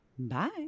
Bye